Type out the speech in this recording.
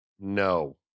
No